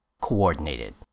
Coordinated